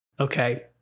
Okay